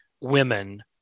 women